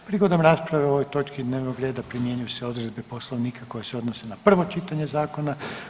Prigodom rasprave o ovoj točki dnevnog reda primjenjuju se odredbe Poslovnika koje se odnose na prvo čitanje zakona.